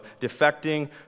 defecting